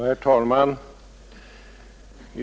Herr talman!